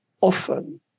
often